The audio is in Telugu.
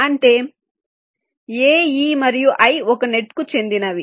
అంటే a e మరియు i ఒక నెట్కు చెందినవి